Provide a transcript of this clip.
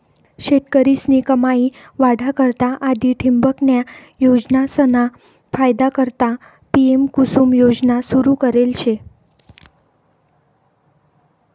शेतकरीस्नी कमाई वाढा करता आधी ठिबकन्या योजनासना फायदा करता पी.एम.कुसुम योजना सुरू करेल शे